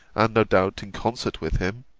and, no doubt, in concert with him,